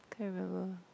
can't remember